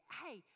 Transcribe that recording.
hey